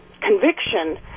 conviction